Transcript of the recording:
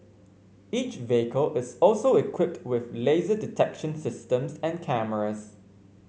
each vehicle is also equipped with laser detection systems and cameras